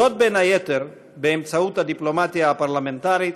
זאת, בין היתר, באמצעות הדיפלומטיה הפרלמנטרית,